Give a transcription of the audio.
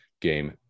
game